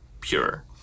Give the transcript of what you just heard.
pure